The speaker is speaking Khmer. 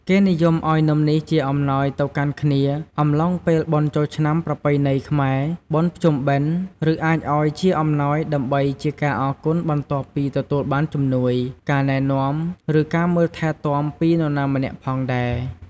គេនិយមឱ្យនំនេះជាអំណោយទៅកាន់គ្នា អំឡុងពេលបុណ្យចូលឆ្នាំប្រពៃណីខ្មែរ បុណ្យភ្ពុំបិណ្ឌ ឬអាចឱ្យជាអំណោយដើម្បីជាការអរគុណបន្ទាប់ពីទទួលបានជំនួយ ការណែនាំ ឬ ការមើលថែទាំពីនរណាម្នាក់ផងដែរ។